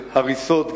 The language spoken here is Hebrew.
הריסות,